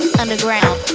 underground